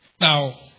Now